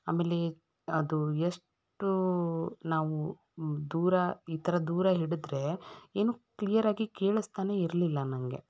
ಆಮೇಲೆ ಅದು ಎಷ್ಟು ನಾವು ದೂರ ಈ ಥರ ದೂರ ಹಿಡಿದ್ರೆ ಏನೂ ಕ್ಲೀಯರ್ ಆಗಿ ಕೇಳಿಸ್ತಾನೆ ಇರಲಿಲ್ಲ ನನಗೆ